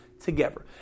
together